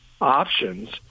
options